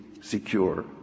secure